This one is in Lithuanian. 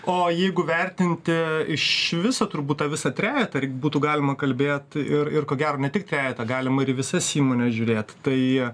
o jeigu vertinti iš viso turbūt tą visą trejetą ir būtų galima kalbėt ir ir ko gero ne tik trejetą galima ir į visas įmones žiūrėt tai